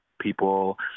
people